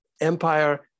empire